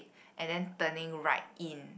and then turning right in